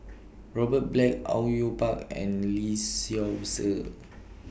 Robert Black Au Yue Pak and Lee Seow Ser